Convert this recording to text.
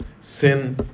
sin